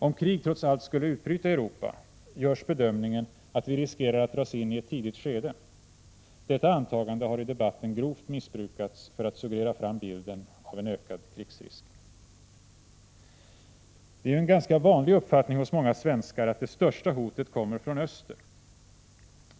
Om krig trots allt skulle utbryta i Europa gör man bedömningen att vi riskerar att dras in i ett tidigt skede. Detta antagande har i debatten grovt missbrukats för att suggerera fram bilden av en ökad krigsrisk. Det är ju en ganska vanlig uppfattning hos många svenskar att det största hotet kommer från öster.